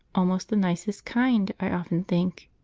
almost the nicest kind, i often think.